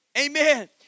Amen